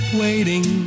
waiting